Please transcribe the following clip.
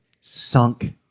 sunk